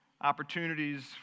opportunities